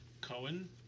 Cohen